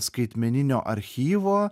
skaitmeninio archyvo